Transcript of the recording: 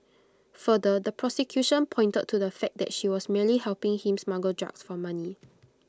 further the prosecution pointed to the fact that she was merely helping him smuggle drugs for money